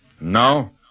Now